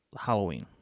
Halloween